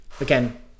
again